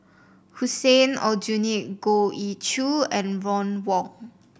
Hussein Aljunied Goh Ee Choo and Ron Wong